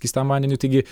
skystam vandeniui taigi